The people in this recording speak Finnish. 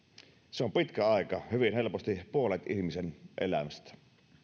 se on pitkä aika hyvin helposti puolet ihmisen elämästä